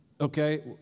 Okay